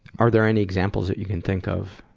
are there any examples that you can think of?